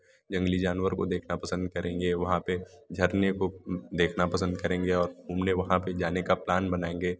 जंगली जानवर को देखना पसंद करेंगे वहाँ पर झरने को देखना पसंद करेंगे और घूमने वहाँ पे जाने का प्लान बनाएँगे